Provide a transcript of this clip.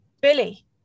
Billy